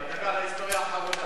אני מדבר על ההיסטוריה האחרונה.